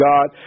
God